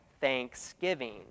Thanksgiving